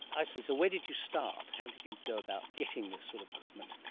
i see. so where did you start? how did you go about getting this sort of equipment?